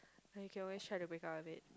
ya you can always try to break out of it